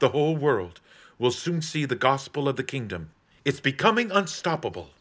the whole world will soon see the gospel of the kingdom it's becoming unstoppable